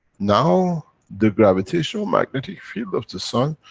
now the gravitational-magnetic field of the sun,